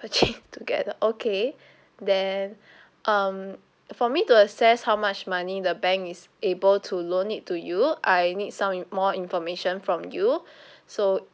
purchase together okay then um for me to assess how much money the bank is able to loan it to you I need some in~ more information from you so